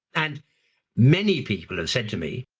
and many people have said to me,